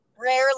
rarely